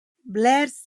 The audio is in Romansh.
blers